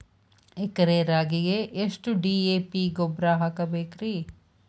ಎಕರೆ ರಾಗಿಗೆ ಎಷ್ಟು ಡಿ.ಎ.ಪಿ ಗೊಬ್ರಾ ಹಾಕಬೇಕ್ರಿ?